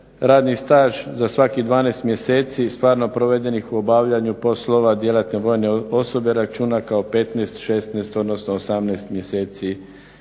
radni staž za svakih 12 mjeseci stvarno provedenih u obavljanju poslova djelatne vojne osobe računa kao 15, 16 odnosno 18 mjeseci